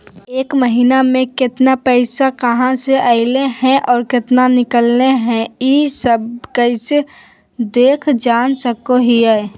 एक महीना में केतना पैसा कहा से अयले है और केतना निकले हैं, ई सब कैसे देख जान सको हियय?